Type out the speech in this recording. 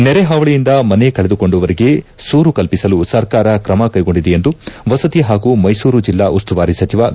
ನೆರೆ ಹಾವಳಿಯಿಂದ ಮನೆ ಕಳೆದುಕೊಂಡವರಿಗೆ ಸೂರು ಕಲ್ಪಿಸಲು ಸರ್ಕಾರ ಕ್ರಮ ಕೈಗೊಂಡಿದೆ ಎಂದು ವಸತಿ ಹಾಗೂ ಮೈಸೂರು ಜಲ್ಲಾ ಉಸ್ತುವಾರಿ ಸಚಿವ ವಿ